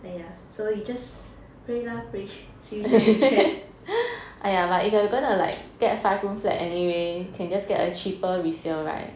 !haiya! so you just pray lah pray see which one you get